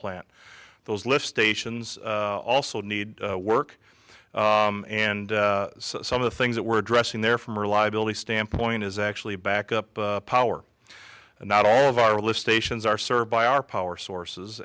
plant those lift stations also need work and some of the things that we're addressing there from reliability standpoint is actually a backup power and not all of our list stations are served by our power sources